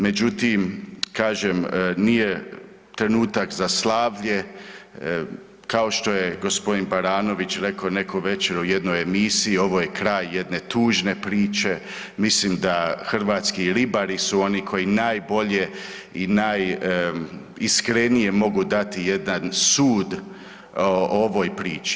Međutim, kažem nije trenutak za slavlje, kao što je g. Baranović reko neku večer u jednoj emisiji ovo je kraj jedne tužne priče, mislim da hrvatski ribari su oni koji najbolje i najiskrenije mogu dati jedan sud o ovoj priči.